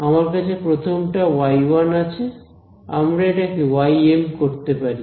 আমার কাছে প্রথম টা y1 আছে আমরা এটাকে ym করতে পারি